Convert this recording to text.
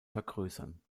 vergrößern